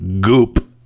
goop